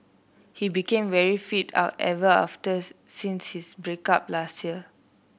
he became very fit ever after since his break up last year